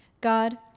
God